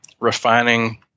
refining